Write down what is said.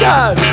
God